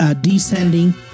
descending